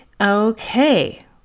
Okay